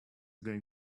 going